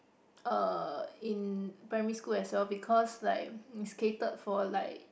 uh in primary school as well because like is catered for like